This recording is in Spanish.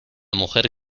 mujer